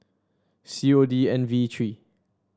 C O D N V three